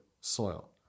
soil